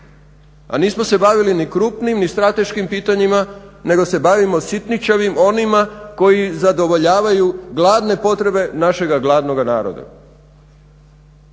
a nismo se bavili ni krupnim ni strateškim pitanjima nego se bavimo sitničavim onima koji zadovoljavaju gladne potrebe našega gladnoga naroda.